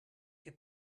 que